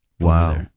Wow